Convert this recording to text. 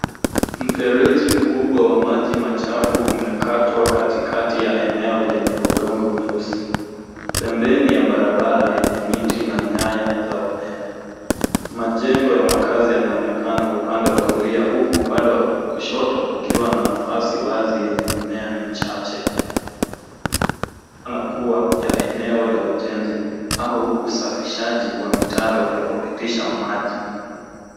Mfereji mkubwa wa maji machafu umekatwa katikati ya eneo lenye udongo mweusi. Pembeni ya barabara yenye miti na nyaya za umeme. Majengo ya makazi yanaonekana upande wa kulia huku upande wa kushoto kukiwa na nafasi wazi yenye mimea michache, inaonekana kuwa ya eneo la ujenzi au usafishaji wa mitaro ya kupitisha maji.